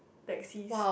taxis